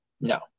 No